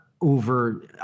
over